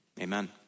amen